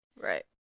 Right